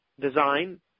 design